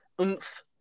oomph